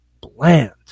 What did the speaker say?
bland